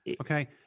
Okay